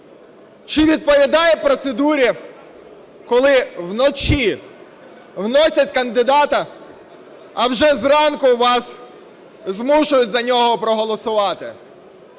Чи відповідає процедурі, коли вночі вносять кандидата, а вже зранку вас змушують за нього проголосувати?